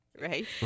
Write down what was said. Right